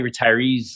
retirees